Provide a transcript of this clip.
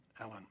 Ellen